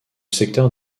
secteur